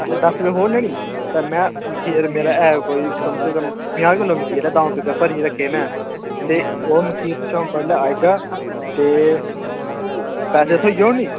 अच्छा दस्स बजे खोह्लने निं ते में मखीर मेरै है कोई कम से कम प'ञां किल्लो मखीर ऐ द'ऊं पीपे भरियै रक्खे दे में ते ओह् मखीर अ'ऊं बडलै आई जाह्गा ते पैसे थ्होई जाङन निं